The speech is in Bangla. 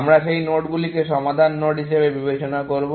আমরা সেই নোডগুলিকে সমাধান নোড হিসাবে বিবেচনা করব